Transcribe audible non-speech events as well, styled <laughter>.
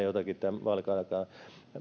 <unintelligible> jotakin tämän vaalikauden aikana